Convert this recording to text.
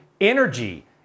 energy